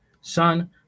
son